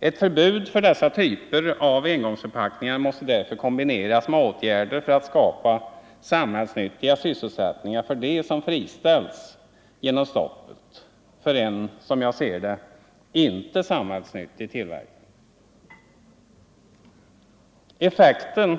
Ett förbud för dessa typer av engångsförpackningar måste därför kombineras med åtgärder för att skapa samhällsnyttiga sysselsättningar för dem som friställs genom stoppet för en, som jag ser det, inte samhällsnyttig tillverkning. Effekten,